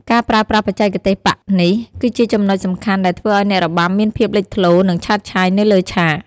ការប្រើប្រាស់បច្ចេកទេសប៉ាក់នេះ គឺជាចំណុចសំខាន់ដែលធ្វើឱ្យអ្នករបាំមានភាពលេចធ្លោ និងឆើតឆាយនៅលើឆាក។